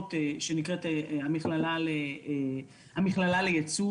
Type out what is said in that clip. להכשרות שנקראת המכללה לייצוא,